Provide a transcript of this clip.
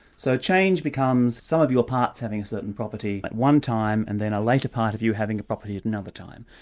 so change becomes some of your parts having certain property at one time, and then a later part of you having the property at another time.